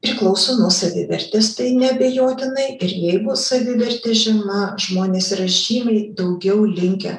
priklauso nuo savivertės tai neabejotinai ir jeigu savivertė žema žmonės yra žymiai daugiau linkę